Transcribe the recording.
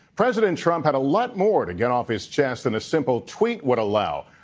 president trump had a lot more to get off his chest than a simple tweet would allow.